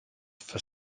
for